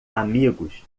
amigos